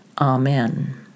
Amen